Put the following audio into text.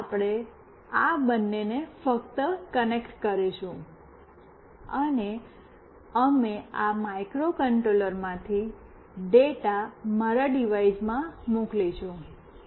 પહેલા આપણે આ બંનેને ફક્ત કનેક્ટ કરીશું અને અમે આ માઇક્રોકન્ટ્રોલરમાંથી ડેટા મારા ડિવાઇસમાં મોકલીશું